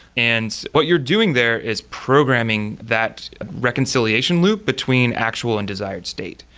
and what you're doing there is programming that reconciliation loop between actual and desired state.